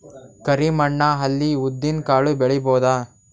ಕರಿ ಮಣ್ಣ ಅಲ್ಲಿ ಉದ್ದಿನ್ ಕಾಳು ಬೆಳಿಬೋದ?